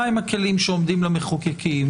מה הם הכלים שעומדים למחוקקים.